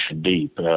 deep